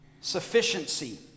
Sufficiency